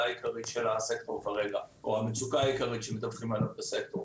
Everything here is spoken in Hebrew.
העיקרית של הסקטור כרגע או המצוקה העיקרית שמדווחים עליו בסקטור.